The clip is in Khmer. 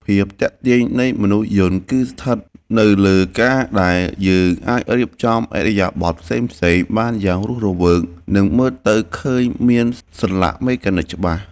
ភាពទាក់ទាញនៃមនុស្សយន្តគឺស្ថិតនៅលើការដែលយើងអាចរៀបចំឥរិយាបថផ្សេងៗបានយ៉ាងរស់រវើក និងមើលទៅឃើញមានសន្លាក់មេកានិចច្បាស់។